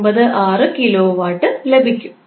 396 kilowatt ലഭിക്കും